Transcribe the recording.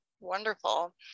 Wonderful